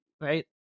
right